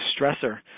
stressor